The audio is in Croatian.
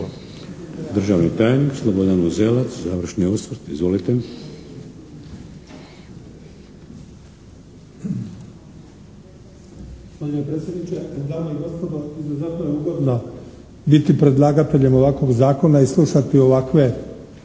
Državni tajnik Slobodan Uzelac. Završni osvrt, izvolite.